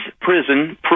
prison